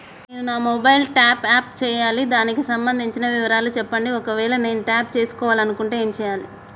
నేను నా mobile top up చేయాలి దానికి సంబంధించిన వివరాలు చెప్పండి ఒకవేళ నేను టాప్ చేసుకోవాలనుకుంటే ఏం చేయాలి?